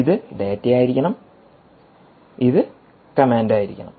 ഇത് ഡാറ്റയായിരിക്കണം ഇത് കമാൻഡ് ആയിരിക്കണം